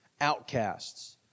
outcasts